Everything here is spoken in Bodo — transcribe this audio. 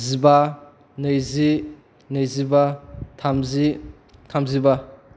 जिबा नैजि नैजिबा थामजि थामजिबा